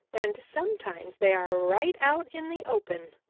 and sometimes they are right out in the open.